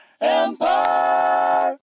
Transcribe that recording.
Empire